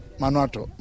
Manuato